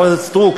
חברת הכנסת סטרוק,